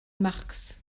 marx